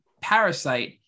parasite